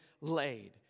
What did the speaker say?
laid